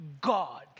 God